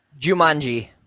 Jumanji